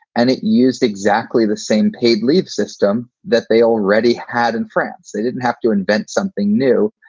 and it used exactly the same paid leave system that they already had in france. they didn't have to invent something new.